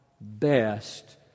best